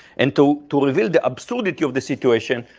and to to reveal the absurdity of the situation,